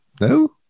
no